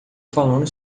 falando